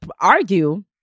argue